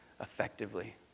effectively